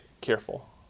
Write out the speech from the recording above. careful